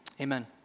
amen